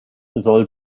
soll